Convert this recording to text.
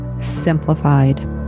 Simplified